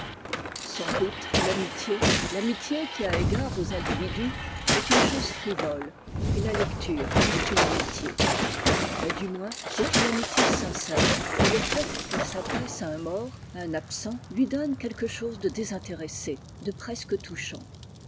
sans doute l'amitié l'amitié qui a égard aux individus est une chose frivole et la lecture est une amitié mais du moins c'est une amitié sincère et le fait qu'elle s'adresse à un mort à un absent lui donne quelque chose de désintéressé de presque touchant